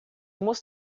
muss